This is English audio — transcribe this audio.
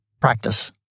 practice